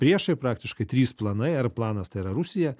priešai praktiškai trys planai r planas tai yra rusija